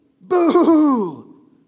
boo